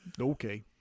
Okay